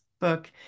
book